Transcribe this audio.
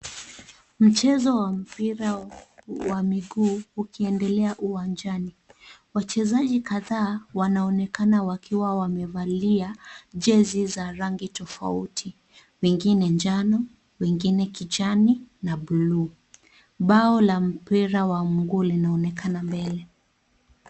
Mchezo wa mpira wa miguu ukiendelea uwanjani. Wachezaji kadhaa wanaonekana wakiwa wamevalia jezi za rangi tofauti. Wengine njano, wengine kijani na bluu. Bao la mpira wa mguu linaonekana mbele.